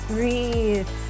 Breathe